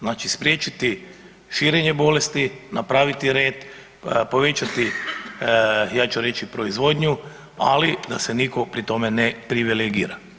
Znači spriječiti širenje bolesti, napraviti red, povećati ja ću reći proizvodnju, ali da se nitko pri tome ne privilegira.